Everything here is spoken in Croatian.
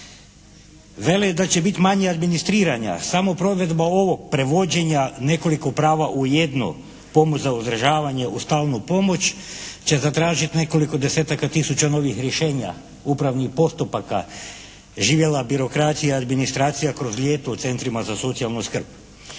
Veli da će biti manje administriranja. Samo provedba ovog prevođenja nekoliko prava u jednom pomoć za uzdržavanje uz stalnu pomoć će zatražiti nekoliko desetaka tisuća novih rješenja, upravnih postupaka. Živjela birokracija, administracija kroz ljeto u centrima za socijalnu skrb.